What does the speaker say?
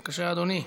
בבקשה, אדוני.